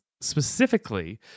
specifically